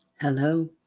Hello